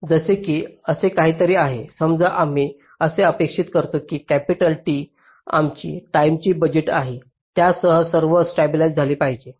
जसे की हे असे काहीतरी आहे समजा आम्ही अशी अपेक्षा करतो की कॅपिटल T ही आमची टाईमची बजेट आहे ज्यासह सर्व काही स्टॅबिलिज्ड झाले पाहिजे